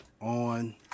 on